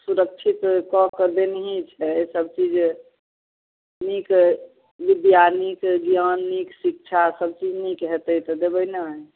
सुरक्षित कऽ कऽ देनहि छै सबचीज जे नीक विद्या नीक ज्ञान नीक शिक्षा सबचीज नीक हेतै तऽ देबै नहि